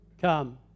Come